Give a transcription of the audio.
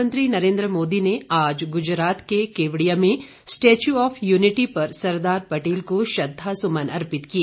प्रधानमंत्री नरेंद्र मोदी ने आज गुजरात के केवड़िया में स्टेच्यू ऑफ यूनिटी पर सरदार पटेल को श्रद्धासुमन अर्पित किए